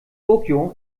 tokio